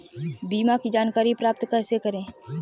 बीमा की जानकारी प्राप्त कैसे करें?